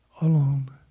alone